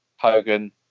hogan